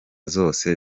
zose